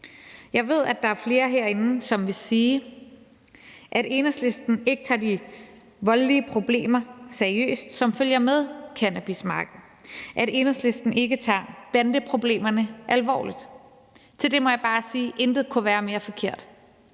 Jeg ved, at der er flere herinde, som vil sige, at Enhedslisten ikke tager de voldelige problemer seriøst, som følger med cannabismarkedet; at Enhedslisten ikke tager bandeproblemerne alvorligt. Til det må jeg bare sige: Intet kunne være mere forkert.